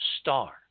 star